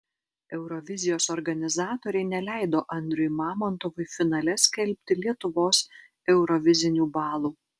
eurovizijos organizatoriai neleido andriui mamontovui finale skelbti lietuvos eurovizinių balų